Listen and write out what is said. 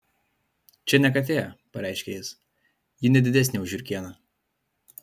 čia ne katė pareiškė jis ji ne didesnė už žiurkėną